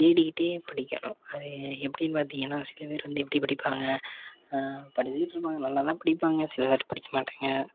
தேடிகிட்டு படிக்கணும் அது எப்படின்னு பார்த்திங்கன்னா சில பேர் வந்து எப்படி படிப்பாங்க படிச்சிட்டு இருப்பாங்க நல்லா தான் படிப்பாங்க சில பேர் படிக்கமாட்டாங்க